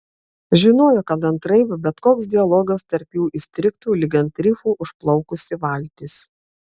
žinojo kad antraip bet koks dialogas tarp jų įstrigtų lyg ant rifų užplaukusi valtis